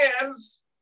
hands